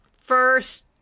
first